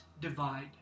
divide